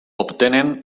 obtenen